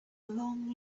long